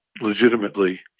legitimately